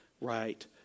right